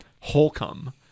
Holcomb